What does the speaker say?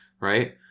right